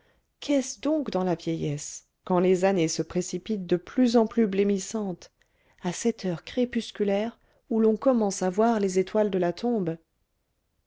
qu'est-ce donc dans la vieillesse quand les années se précipitent de plus en plus blêmissantes à cette heure crépusculaire où l'on commence à voir les étoiles de la tombe